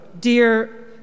Dear